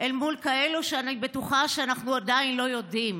אל מול כאלה שאני בטוחה שאנחנו עדיין לא יודעים.